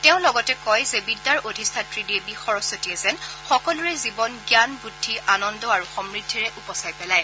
তেওঁ লগতে কয় যে বিদ্যাৰ অধিষ্ঠাত্ৰী দেৱী সৰস্বতীয়ে যেন সকলোৰ জীৱন জ্ঞান বুদ্ধি আনন্দ আৰু সমূদ্ধিৰে উপচাই পেলায়